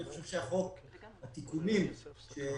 אני חושב שהחוק או התיקונים שנעשו